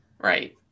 right